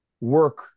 work